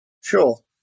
Sure